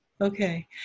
Okay